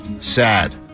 Sad